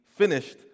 finished